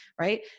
right